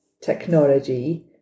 technology